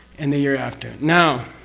and the year after. now,